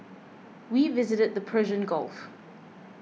we visited the Persian Gulf